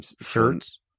Shirts